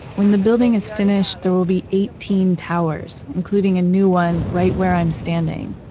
when the building is finished there will be eighteen towers including a new one right where i'm standing.